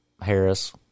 Harris